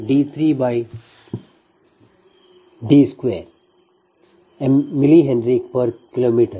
2ln DrDn3D3 mHKm0